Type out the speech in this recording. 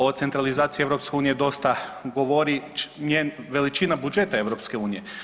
O centralizaciji EU dosta govori njen, veličina budžeta EU.